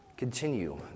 Continue